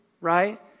Right